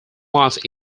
miles